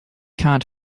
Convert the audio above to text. can’t